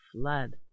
flood